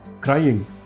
crying